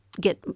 Get